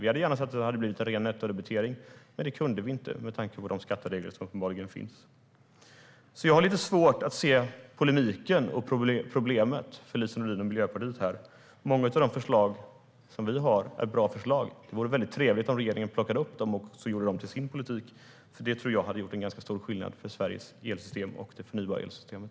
Vi hade gärna sett en ren nettodebitering, men det gick inte med tanke på de skatteregler som uppenbarligen finns. Jag har alltså lite svårt att se problemet som Lise Nordin och Miljöpartiet har. Många av de förslag som vi har är bra förslag, och det vore trevligt om regeringen plockade upp dem och gjorde dem till sin politik. Jag tror att det hade gjort ganska stor skillnad för Sveriges elsystem och det förnybara elsystemet.